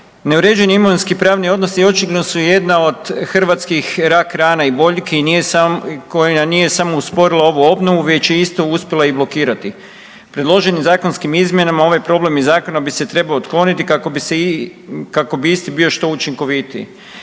Neuređeni imovinski pravni odnosi očigledno su jedna od hrvatskih rak-rana i boljki i koji nije samo usporila ovu obnovu već je isto uspjela i blokirati. Predloženim zakonskim izmjenama ovaj problem iz Zakona bi se trebao otkloniti kako bi isti što učinkovitiji.